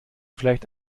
vielleicht